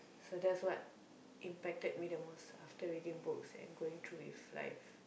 so that's what impacted me the most after reading books and going through with life